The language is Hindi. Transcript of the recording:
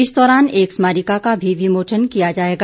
इस दौरान एक स्मारिका का भी विमोचन किया जाएगा